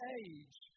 age